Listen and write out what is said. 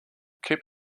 keep